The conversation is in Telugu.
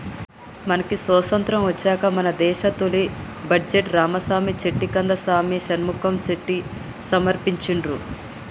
మనకి స్వతంత్రం వచ్చాక మన దేశ తొలి బడ్జెట్ను రామసామి చెట్టి కందసామి షణ్ముఖం చెట్టి సమర్పించిండ్రు